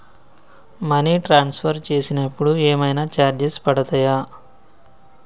Money transfer చేసినప్పుడు ఏమైనా charges పడతయా?